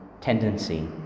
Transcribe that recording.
tendency